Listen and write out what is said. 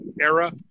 era